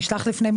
נעולה.